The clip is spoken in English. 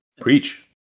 Preach